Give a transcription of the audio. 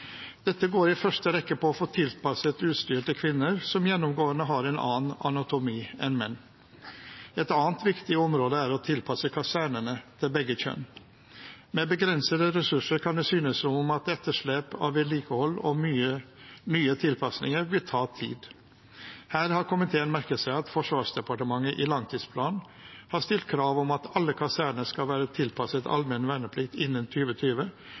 Dette går i første rekke på å få tilpasset utstyr til kvinner, som gjennomgående har en annen anatomi enn menn. Et annet viktig område er å tilpasse kasernene til begge kjønn. Med begrensede ressurser kan det synes som at etterslep av vedlikehold og nye tilpasninger vil ta tid. Her har komiteen merket seg at Forsvarsdepartementet i langtidsplanen har stilt krav om at alle kaserner skal være tilpasset allmenn verneplikt innen